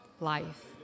life